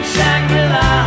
Shangri-La